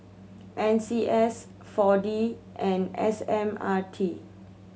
N C S Four D and S M R T